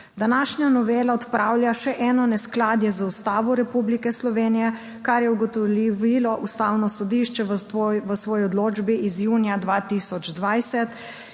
Današnja novela odpravlja še eno neskladje z Ustavo Republike Slovenije, kar je ugotovilo Ustavno sodišče v svoji odločbi iz junija 2020,